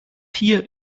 hier